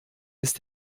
ist